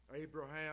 Abraham